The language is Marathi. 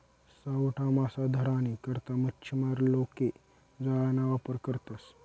सावठा मासा धरानी करता मच्छीमार लोके जाळाना वापर करतसं